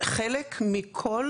שחלק מכל